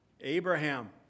Abraham